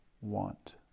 want